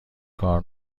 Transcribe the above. کار